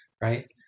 right